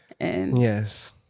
Yes